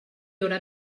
haurà